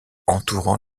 entourant